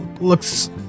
looks